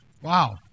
Wow